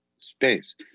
space